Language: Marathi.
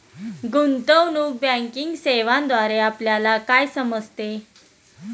गुंतवणूक बँकिंग सेवांद्वारे आपल्याला काय समजते?